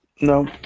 No